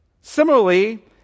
Similarly